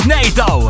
Nato